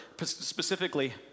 specifically